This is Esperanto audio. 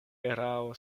erao